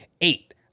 eight